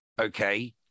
Okay